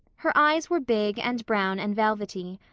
her eyes were big and brown and velvety,